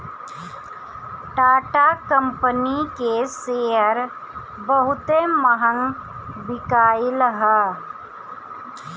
Tata company के share बहुते महंग बिकाईल हअ